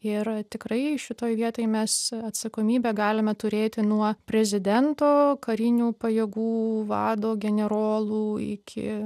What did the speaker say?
ir tikrai šitoj vietoj mes atsakomybę galime turėti nuo prezidento karinių pajėgų vado generolų iki